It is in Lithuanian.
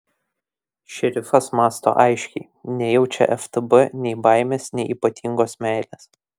šerifas mąsto aiškiai nejaučia ftb nei baimės nei ypatingos meilės